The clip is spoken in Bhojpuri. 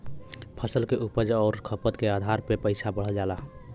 फसल के उपज आउर खपत के आधार पे पइसवा बढ़ जाला